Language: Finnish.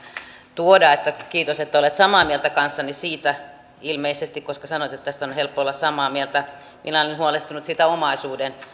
tuoda kiitos että olet samaa mieltä kanssani siitä ilmeisesti koska sanoit että tästä on helppo olla samaa mieltä minä olen huolestunut siitä omaisuuden